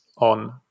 on